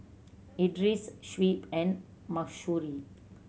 Idris Shuib and Mahsuri